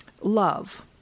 Love